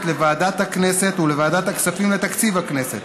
לוועדת הכנסת ולוועדת הכספים לתקציב הכנסת: